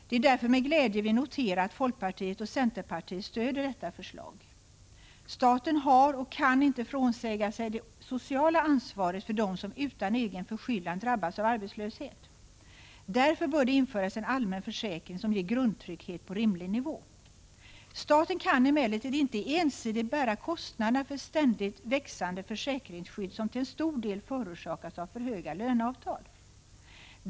Det är därför med glädje vi noterar att folkpartiet och centerpartiet Staten har och kan inte frånsäga sig det sociala ansvaret för dem som utan 3 april 1986 egen förskyllan drabbas av arbetslöshet. Därför bör det införas en allmän försäkring som ger grundtrygghet på rimlig nivå. Staten kan emellertid inte ensidigt bära kostnaderna för ett ständigt växande försäkringsskydd som till en stor del förorsakas av för höga löneavtal.